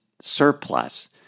surplus